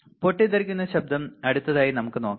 പൊട്ടിത്തെറിക്കുന്ന ശബ്ദം അടുത്തതായി നമുക്ക് നോക്കാം